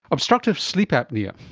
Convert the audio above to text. obstructive sleep apnoea,